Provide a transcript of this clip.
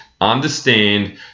understand